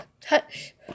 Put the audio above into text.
touch